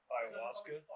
Ayahuasca